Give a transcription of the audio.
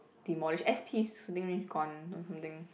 demolished S_P shooting range gone or something